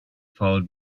followed